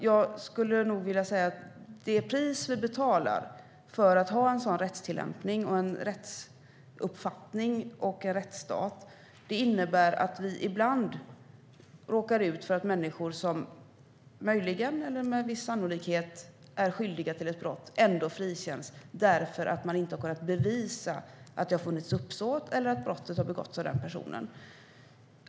Jag skulle vilja säga att det pris vi betalar för att ha en sådan rättstillämpning, rättsuppfattning och rättsstat är att vi ibland råkar ut för att människor som möjligen eller med en viss sannolikhet är skyldiga till ett brott ändå frikänns därför att man inte har kunnat bevisa att det har funnits uppsåt eller att brottet har begåtts av den personen.